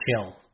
chill